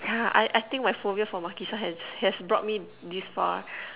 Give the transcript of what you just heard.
yeah I I think my phobia for Makisan has has brought me this far